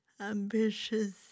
ambitious